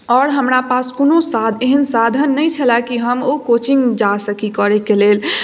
आओर हमरा पास कोनो सा एहन साधन नहि छलए कि हम ओ कोचिंग जा सकी करयके लेल